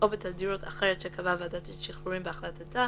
או בתדירות אחרת שקבעה ועדת השחרורים בהחלטתה,